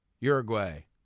Uruguay